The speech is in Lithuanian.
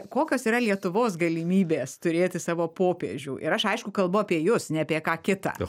kokios yra lietuvos galimybės turėti savo popiežių ir aš aišku kalbu apie jus ne apie ką kita